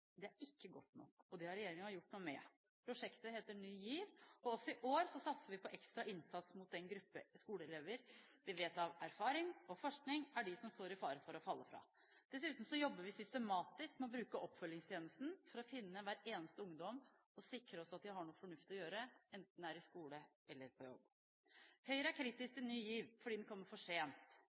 Det er ikke godt nok, og det har regjeringen gjort noe med. Prosjektet heter Ny GIV, og også i år satser vi på ekstra innsats mot den gruppe skoleelever vi vet av erfaring og ut fra forskning er dem som står i fare for å falle fra. Dessuten jobber vi systematisk med å bruke oppfølgingstjenesten for å finne hver eneste ungdom og sikre oss at de har noe fornuftig å gjøre, enten det er i skole eller på jobb. Høyre er kritisk til Ny GIV, fordi den kommer for sent.